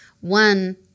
one